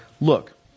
look